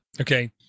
Okay